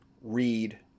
read